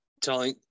telling